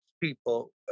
people